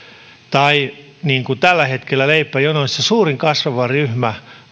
tällä hetkellä leipäjonoissa suurin kasvava ryhmä